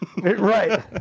Right